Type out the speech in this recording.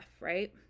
right